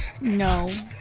No